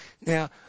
Now